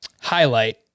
highlight